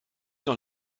doch